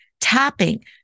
tapping